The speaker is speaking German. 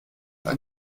ein